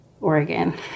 Oregon